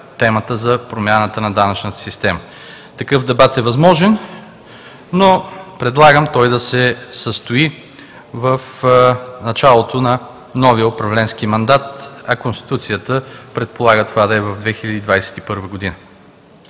за промяната на данъчната система. Такъв дебат е възможен, но предлагам той да се състои в началото на новия управленски мандат, а Конституцията предполага това да е в 2021 г.